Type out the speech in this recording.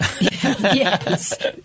Yes